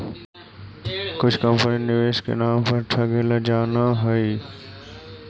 कुछ कंपनी निवेश के नाम पर ठगेला जानऽ हइ